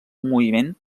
moviment